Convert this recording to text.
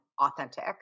authentic